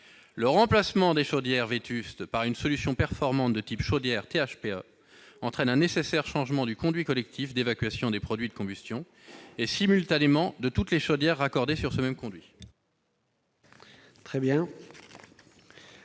Le remplacement des chaudières vétustes par un équipement performant de type chaudière THPE implique le changement du conduit collectif d'évacuation des produits de combustion et, simultanément, de toutes les chaudières raccordées sur ce même conduit. La